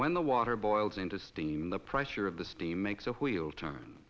when the water boils into steam the pressure of the steam makes a wheel turn